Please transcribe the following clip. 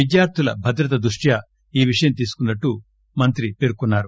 విద్యార్టుల భద్రత దృష్ట్వా ఈ నిర్ణయం తీసుకున్నట్టు మంత్రి పేర్కొన్సారు